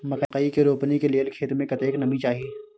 मकई के रोपनी के लेल खेत मे कतेक नमी चाही?